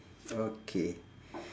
okay